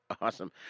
Awesome